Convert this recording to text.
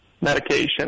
medication